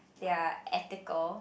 they are ethical